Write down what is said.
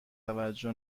توجه